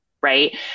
right